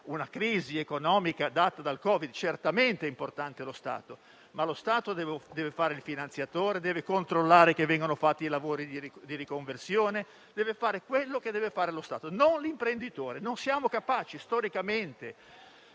in cui lo Stato è certamente importante. Lo Stato però deve fare il finanziatore, deve controllare che vengano fatti i lavori di riconversione, deve fare quello che deve fare lo Stato e non l'imprenditore. Non ne siamo capaci storicamente.